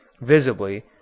visibly